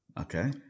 Okay